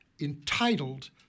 entitled